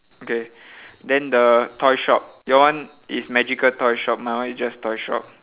okay then the toy shop your one is magical toy shop my one is just toy shop